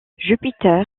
jupiter